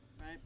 Right